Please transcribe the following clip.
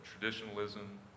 traditionalism